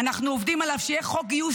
והצבא עד המלחמה גם לא רצה אתכם,